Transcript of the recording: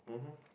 mmhmm